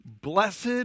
Blessed